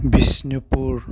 Bishnupur